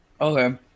Okay